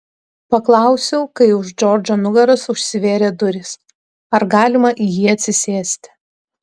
paklausiau kai už džordžo nugaros užsivėrė durys ar galima į jį atsisėsti